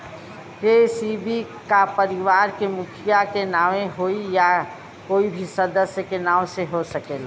KCC का परिवार के मुखिया के नावे होई या कोई भी सदस्य के नाव से हो सकेला?